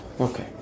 Okay